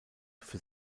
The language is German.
für